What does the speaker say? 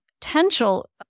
potential